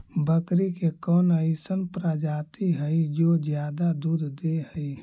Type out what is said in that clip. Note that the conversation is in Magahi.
बकरी के कौन अइसन प्रजाति हई जो ज्यादा दूध दे हई?